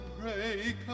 break